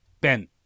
Ben